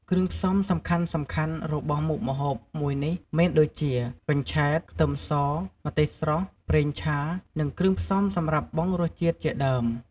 គ្រឿងផ្សំសំខាន់ៗរបស់មុខម្ហូបមួយនេះមានដូចជា កញ្ឆែត ខ្ទឹមស ម្ទេសស្រស់ ប្រេងឆា និងគ្រឿងផ្សំសម្រាប់បង់រសជាតិជាដើម។